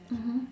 mmhmm